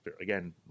again